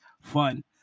fun